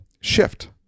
shift